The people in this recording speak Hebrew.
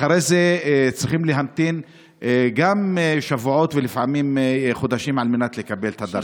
אחרי זה צריכים להמתין גם שבועות ולפעמים חודשים לקבל את הדרכון.